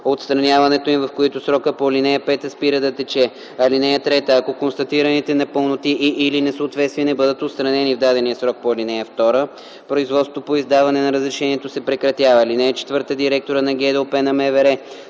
отстраняването им, в който срокът по ал. 5 спира да тече. (3) Ако констатираните непълноти и/или несъответствия не бъдат отстранени в дадения срок по ал. 2, производството по издаване на разрешението се прекратява. (4) Директорът на ГДОП на МВР,